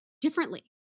differently